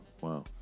Wow